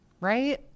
right